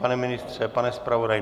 Pane ministře, pane zpravodaji?